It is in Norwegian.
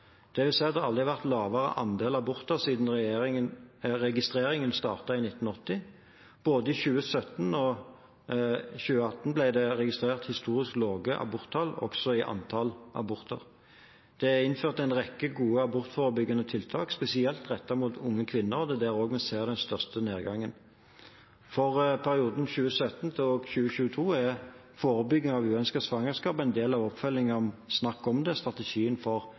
at det ikke har vært en lavere andel aborter siden registreringen startet i 1980. I både 2017 og 2018 ble det registrert historisk lave aborttall, også i antall aborter. Det er innført en rekke gode abortforebyggende tiltak, spesielt rettet mot unge kvinner – det er også der vi ser den største nedgangen. For perioden 2017 til 2022 er forebygging av uønskede svangerskap en del av oppfølgingen av «Snakk om det! Strategi for